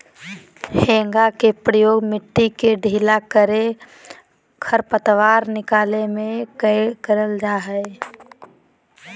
हेंगा के प्रयोग मिट्टी के ढीला करे, खरपतवार निकाले में करल जा हइ